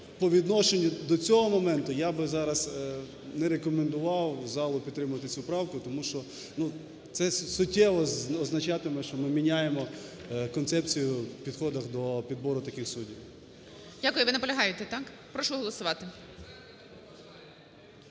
по відношенню до цього моменту, я би зараз не рекомендував залу підтримувати цю правку, тому що це суттєво означатиме, що ми міняємо концепцію підходів до підбору таких суддів. ГОЛОВУЮЧИЙ. Дякую. Ви наполягаєте, так? Прошу голосувати.